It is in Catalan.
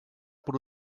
per